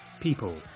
people